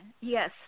yes